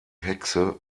hexe